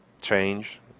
change